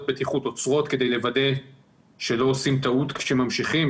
בטיחות עוצרות כדי לוודא שלא עושים טעות כשממשיכים,